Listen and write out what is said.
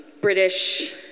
British